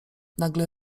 nagle